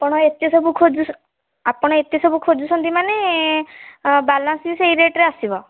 ଆପଣ ଏତେ ସବୁ ଆପଣ ଏତେ ସବୁ ଖୋଜୁଛନ୍ତି ମାନେ ବାଲାନ୍ସ ବି ସେଇ ରେଟ୍ରେ ଆସିବ